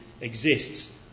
exists